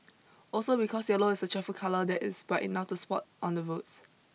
also because yellow is a cheerful colour that is bright enough to spot on the roads